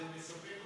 זה מספק אותי.